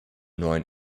neuen